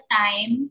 time